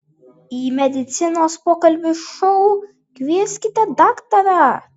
į medicinos pokalbių šou kvieskite daktarą